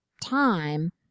time